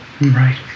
Right